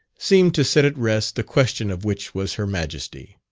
seemed to set at rest the question of which was her majesty.